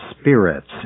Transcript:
spirits